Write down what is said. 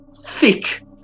thick